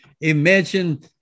Imagine